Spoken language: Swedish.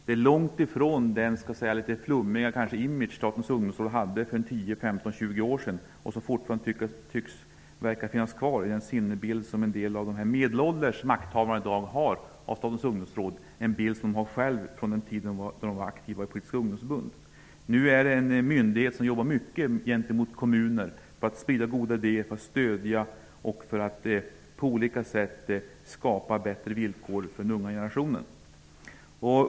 Det är långt ifrån den litet flummiga image som Statens ungdomsråd hade för 10--20 år sedan och som fortfarande verkar finnas kvar i de föreställningar som en del medelålders makthavare i dag har om Statens ungdomsråd sedan den tid när de var aktiva i politiska ungdomsförbund. Statens ungdomsråd är nu en myndighet som arbetar mycket med inriktning på kommuner, för att sprida goda idéer, för att stödja och på olika sätt skapa bättre villkor för den unga generationen.